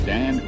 Dan